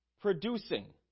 producing